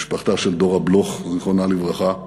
למשפחתה של דורה בלוך, זיכרונה לברכה,